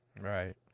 right